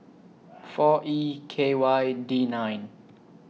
four E K Y D nine